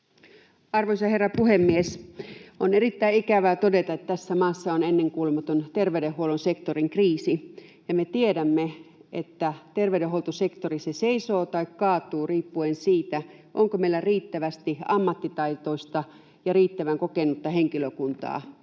Arvoisa herra puhemies! On erittäin ikävää todeta, että tässä maassa on ennenkuulumaton terveydenhuollon sektorin kriisi. Me tiedämme, että terveydenhuoltosektori seisoo tai kaatuu riippuen siitä, onko meillä riittävästi ammattitaitoista ja riittävän kokenutta henkilökuntaa